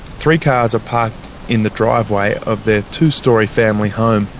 three cars are parked in the driveway of their two-storey family home,